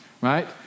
right